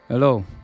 Hello